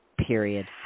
period